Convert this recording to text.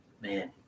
Man